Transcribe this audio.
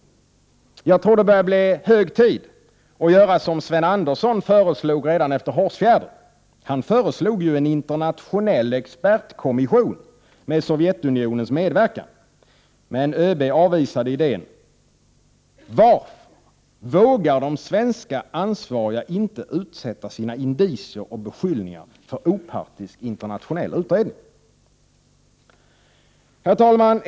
Jag tror att det börjar bli hög tid att göra som Sven Andersson föreslog redan efter vad som hände i Hårsfjärden. Han föreslog ju en internationell expertkommission med Sovjetunionens medverkan. Men ÖB avvisade idén. Varför? Vågar de svenska ansvariga inte utsätta sina indicier och beskyllningar för opartisk internationell utredning? Herr talman!